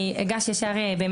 אני אגש לעניין.